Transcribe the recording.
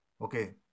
okay